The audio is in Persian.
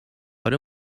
اره